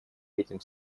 этим